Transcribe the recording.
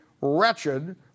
Wretched